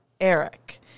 Eric